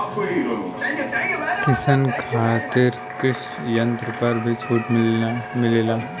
किसान खातिर कृषि यंत्र पर भी छूट मिलेला?